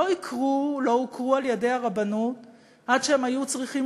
לא הוכרו על-ידי הרבנות עד שהם היו צריכים